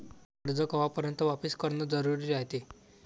कर्ज कवापर्यंत वापिस करन जरुरी रायते?